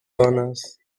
dones